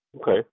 Okay